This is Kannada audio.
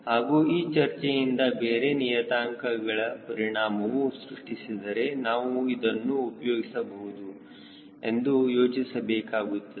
ಹಾಗೂ ಈ ಚರ್ಚೆಯಿಂದ ಬೇರೆ ನಿಯತಾಂಕಗಳಿಗೆ ಪರಿಣಾಮವು ಸೃಷ್ಟಿಸಿದರೆ ನಾವು ಇದನ್ನು ಉಪಯೋಗಿಸಬಹುದು ಎಂದು ಯೋಚಿಸಬೇಕಾಗುತ್ತದೆ